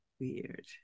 weird